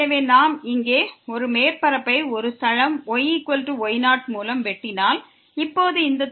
எனவே நாம் இங்கே ஒரு மேற்பரப்பை ஒரு தளம் yy0 மூலம் வெட்டினால் இப்போது இந்த தளம் yy0 இது y அச்சு